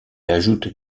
ajoute